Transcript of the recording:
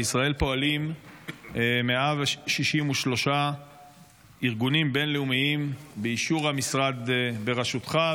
בישראל פועלים 163 ארגונים בין-לאומיים באישור המשרד בראשותך,